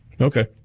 Okay